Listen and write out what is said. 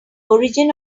origin